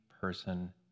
person